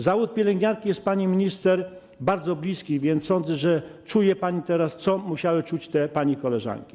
Zawód pielęgniarki jest pani minister bardzo bliski, więc sądzę, że czuje pani teraz to, co musiały czuć pani koleżanki.